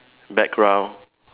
background